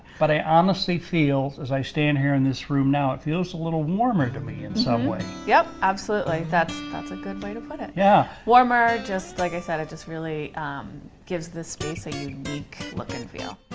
but i honestly feel as i stand here in this room now it feels a little warmer to me, in some way. yep, absolutely, that's that's a good way to put it. yeah. warmer just like i said, it just really gives the space a unique look and feel.